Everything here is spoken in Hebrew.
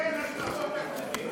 אין השלכות תקציביות.